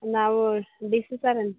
ನಾವು ಡಿಸ್ ಸರ